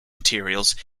materials